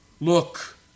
look